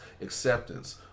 acceptance